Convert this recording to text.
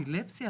אפילפסיה,